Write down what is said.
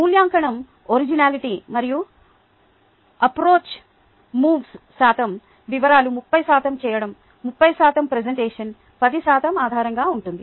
మూల్యాంకనం ఒరిజినాలిటీ మరియు అప్రోచ్ ముప్పై శాతం వివరాలు 30 శాతం చేయడం 30 శాతం ప్రెజెంటేషన్ 10 శాతం ఆధారంగా ఉంటుంది